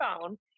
phone